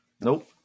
Nope